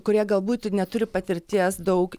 kurie galbūt neturi patirties daug